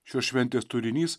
šios šventės turinys